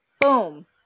boom